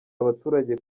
abaturage